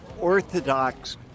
orthodox